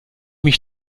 mich